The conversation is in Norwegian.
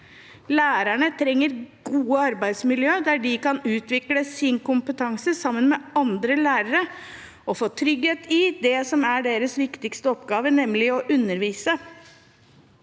Lærerne trenger gode arbeidsmiljøer der de kan utvikle sin kompetanse sammen med andre lærere og få trygghet i det som er deres viktigste oppgave – nemlig å undervise.